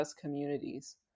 communities